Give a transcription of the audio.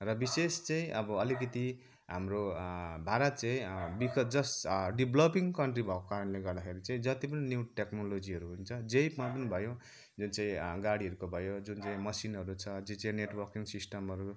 र विशेष चाहिँ अब अलिकति हाम्रो भारत चाहिँ विक जस्ट डेप्लोपिङ कन्ट्री भएको कारण जति पनि टोक्नोलोजीहरू हुन्छ जे पनि भयो जुन चाहिँ गाडीहरूको भयो जुन चाहिँ मसिनहरू छ जुन चाहिँ नेटवर्किङ सिस्टमहरू